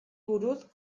buruz